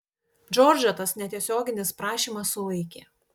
džordžą tas netiesioginis prašymas sulaikė